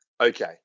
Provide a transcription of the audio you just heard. Okay